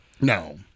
No